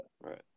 right